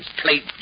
plate